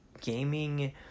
gaming